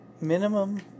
minimum